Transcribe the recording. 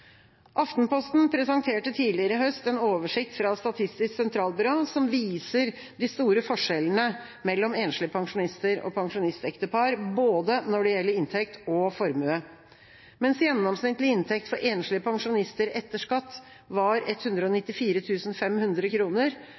Aftenposten presenterte tidligere i høst en oversikt fra Statistisk sentralbyrå som viser de store forskjellene mellom enslige pensjonister og pensjonistektepar, både når det gjelder inntekt, og når det gjelder formue. Mens gjennomsnittlig inntekt for enslige pensjonister etter skatt var